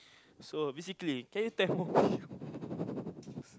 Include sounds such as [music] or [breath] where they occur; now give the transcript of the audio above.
so basically can you tell me [breath]